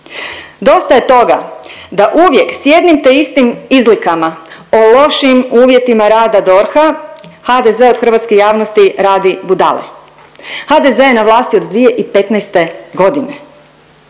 Dosta je toga da uvijek s jednim te istim izlikama o lošim uvjetima rada DORH-a HDZ od hrvatske javnosti radi budale. HDZ je na vlasti od 2015. godine,